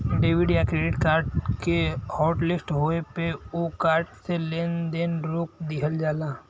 debit या credit card के hotlist होये पे उ कार्ड से लेन देन रोक दिहल जाला